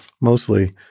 mostly